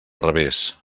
revés